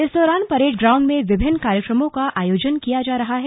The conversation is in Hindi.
इस दौरान परेड ग्राउण्ड में विभिन्न कार्यक्रमों का आयोजन किया जा रहा है